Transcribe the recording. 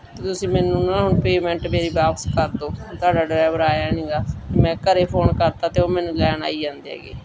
ਅਤੇ ਤੁਸੀਂ ਮੈਨੂੰ ਨਾ ਹੁਣ ਪੇਮੈਂਟ ਮੇਰੀ ਵਾਪਸ ਕਰ ਦਿਓ ਤੁਹਾਡਾ ਡਰਾਈਵਰ ਆਇਆ ਨਹੀਂ ਹੈਗਾ ਮੈਂ ਘਰ ਫੋਨ ਕਰਤਾ ਅਤੇ ਉਹ ਮੈਨੂੰ ਲੈਣ ਆਈ ਜਾਂਦੇ ਹੈਗੇ